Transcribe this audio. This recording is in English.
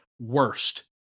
worst